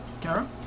Kara